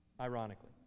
Ironically